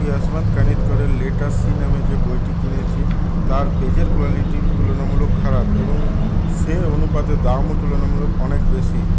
ইয়াশবন্ত কানেতকরের let us see নামে যে বইটি কিনেছি তার পেজের কোয়ালিটি তুলনামূলক খারাপ এবং সেই অনুপাতে দামও তুলনামূলক অনেক বেশি